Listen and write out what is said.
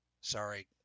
Sorry